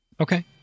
Okay